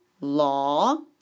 law